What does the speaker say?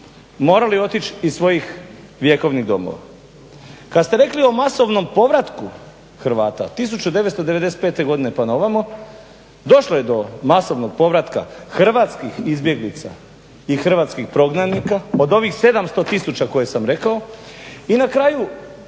morali otići iz svojih vjekovnih domova. Kad ste rekli o masovnom povratku Hrvata 1995. godine pa na ovamo došlo je do masovnog povratka hrvatskih izbjeglica i hrvatskih prognanika od ovih 700 tisuća koje sam rekao i na kraju